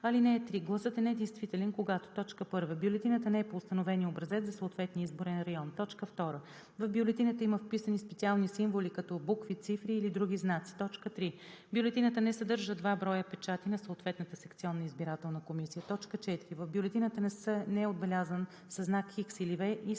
(3) Гласът е недействителен, когато: 1. бюлетината не е по установения образец за съответния изборен район; 2. в бюлетината има вписани специални символи, като букви, цифри или други знаци; 3. бюлетината не съдържа два броя печати на съответната секционна избирателна комисия; 4. в бюлетината не е отбелязан със знак „Х“ или „V“ и